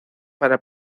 para